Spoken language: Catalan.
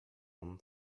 bon